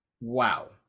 wow